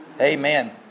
Amen